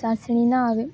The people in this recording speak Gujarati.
ચાસણી ન આવે